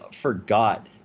forgot